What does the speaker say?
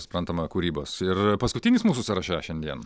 suprantama kūrybos ir paskutinis mūsų sąraše šiandien